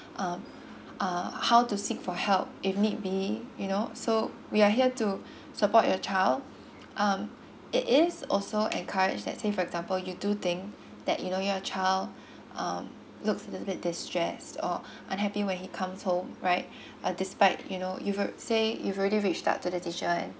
um uh how to seek for help if need be you know so we are here to support your child um it is also encouraged let's say for example you do think that you know your child um looks a little bit distress or unhappy when he comes home right uh despite you know if alr~ say if already reach out to the teacher and